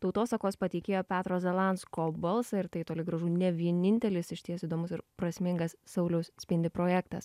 tautosakos pateikėjo petro zalansko balsą ir tai toli gražu ne vienintelis išties įdomus ir prasmingas sauliaus spindi projektas